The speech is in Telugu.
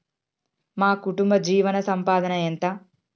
మా కుటుంబ జీవన సంపాదన ఎంత?